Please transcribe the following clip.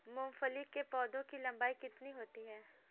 मूंगफली के पौधे की लंबाई कितनी होती है?